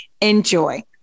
Enjoy